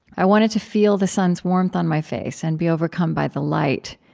i wanted to feel the sun's warmth on my face and be overcome by the light,